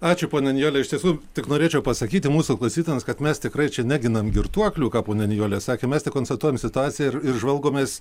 ačiū ponia nijole iš tiesų tik norėčiau pasakyti mūsų klausytojams kad mes tikrai čia neginam girtuoklių ką ponia nijolė sakė mes tik konstatuojam situaciją ir žvalgomės